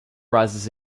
rises